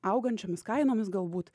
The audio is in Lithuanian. augančiomis kainomis galbūt